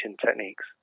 techniques